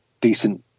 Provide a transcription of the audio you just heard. decent